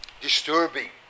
disturbing